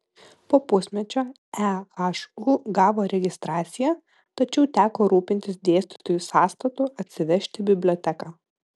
po pusmečio ehu gavo registraciją tačiau teko rūpintis dėstytojų sąstatu atsivežti biblioteką